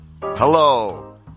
Hello